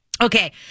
Okay